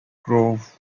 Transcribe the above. grove